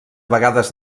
vegades